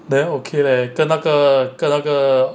then okay leh 跟那个跟那个